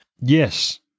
Yes